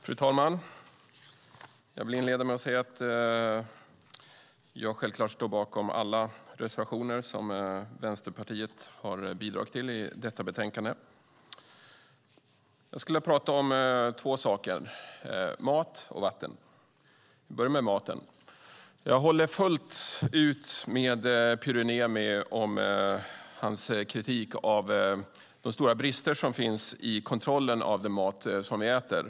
Fru talman! Jag vill inleda med att säga att jag självfallet står bakom alla reservationer som Vänsterpartiet har bidragit till i betänkandet. Jag skulle vilja tala om två saker: mat och vatten. Jag börjar med maten. Jag håller fullt ut med Pyry Niemi om hans kritik av de stora brister som finns i kontrollen av den mat som vi äter.